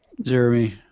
Jeremy